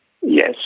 Yes